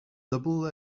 double